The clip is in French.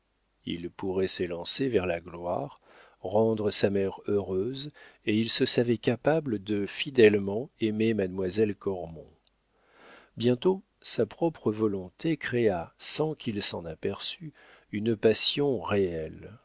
il pourrait s'élancer vers la gloire rendre sa mère heureuse et il se savait capable de fidèlement aimer mademoiselle cormon bientôt sa propre volonté créa sans qu'il s'en aperçût une passion réelle